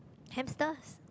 hamsters